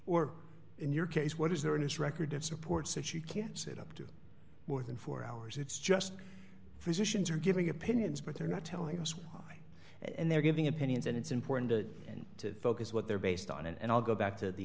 or in your case what is there in this record supports that you can't set up to more than four hours it's just physicians are giving opinions but they're not telling us why and they're giving opinions and it's important to and to focus what they're based on and i'll go back to the